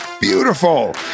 beautiful